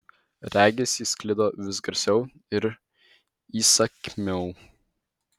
regis jis sklido vis garsiau ir įsakmiau